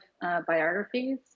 biographies